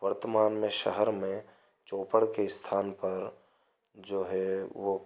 वर्तमान में शहर में चोपड़ के स्थान पर जो है वो